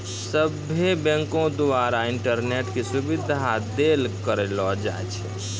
सभ्भे बैंको द्वारा इंटरनेट के सुविधा देल करलो जाय छै